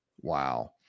Wow